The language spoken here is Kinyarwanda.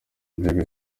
inzego